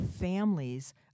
families